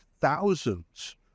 thousands